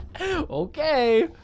Okay